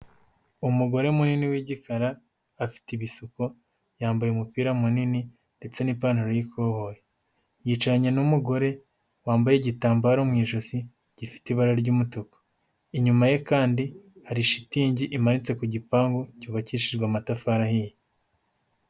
Umugore munini w'igikara, afite ibisuko, yambaye umupira munini ndetse n'ipantaro y'ikoboyi. Yicaranye n'umugore wambaye igitambaro mu ijosi, gifite ibara ry'umutuku. Inyuma ye kandi, hari shitingi imanitse ku gipangu cyubakishijwe amatafari ahiye.